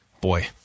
boy